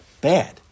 Bad